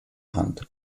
hand